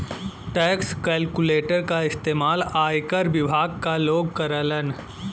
tax calculator क इस्तेमाल आयकर विभाग क लोग करलन